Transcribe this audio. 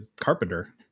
carpenter